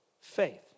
faith